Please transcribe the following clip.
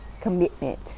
commitment